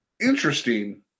interesting